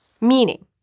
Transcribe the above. Meaning